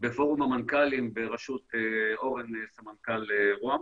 בפורום המנכ"לים בראשות אורן, סמנכ"ל רוה"מ,